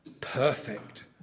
perfect